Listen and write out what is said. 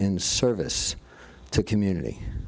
in service to community